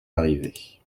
arrivés